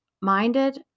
minded